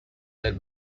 led